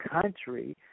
country